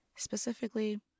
Specifically